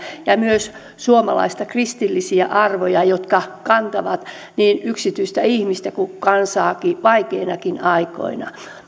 ja myös suomalaisia kristillisiä arvoja jotka kantavat niin yksityistä ihmistä kuin kansaa vaikeinakin aikoina